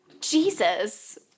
Jesus